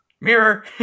mirror